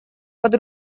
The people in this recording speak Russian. под